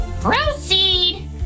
proceed